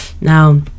now